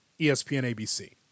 ESPN-ABC